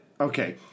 Okay